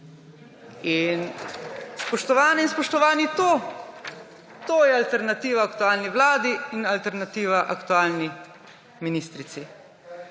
pa. Spoštovane in spoštovani, to je alternativa aktualni vladi in alternativa aktualni ministrici.